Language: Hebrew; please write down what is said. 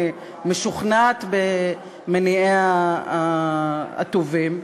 אני משוכנעת במניעיה הטובים,